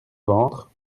ventre